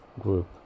group